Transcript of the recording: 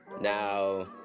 Now